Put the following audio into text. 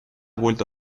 vuelto